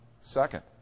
Second